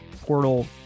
portal